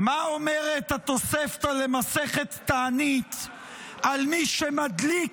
מה אומרת התוספתא למסכת תענית על מי שמדליק